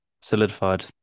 solidified